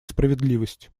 справедливость